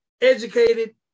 educated